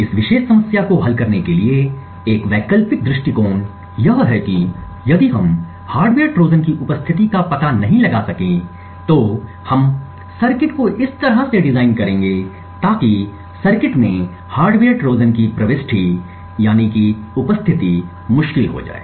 इस विशेष समस्या को हल करने के लिए एक वैकल्पिक दृष्टिकोण यह है कि यदि हम हार्डवेयर ट्रोजन की उपस्थिति का पता नहीं लगा सकें तो हम सर्किट को इस तरह से डिजाइन करेंगे ताकि सर्किट में हार्डवेयर ट्रोजन की प्रविष्टि मुश्किल हो जाए